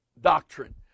doctrine